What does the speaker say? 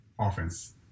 offense